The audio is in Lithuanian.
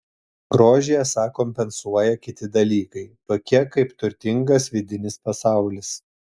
grožį esą kompensuoja kiti dalykai tokie kaip turtingas vidinis pasaulis